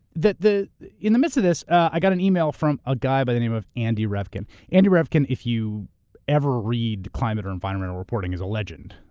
that in the midst of this, i got an email from a guy by the name of andy revkin. andy revkin, if you ever read climate or environmental reporting, is a legend,